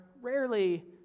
rarely